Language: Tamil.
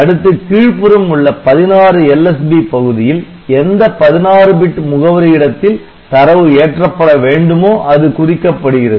அடுத்து கீழ்புறம் உள்ள 16 LSB பகுதியில் எந்த 16 பிட் முகவரி இடத்தில் தரவு ஏற்றப்பட வேண்டுமோ அது குறிக்கப்படுகிறது